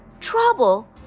Trouble